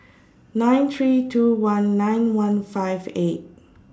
nine three two one nine one five eight